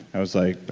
i was like,